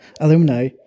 alumni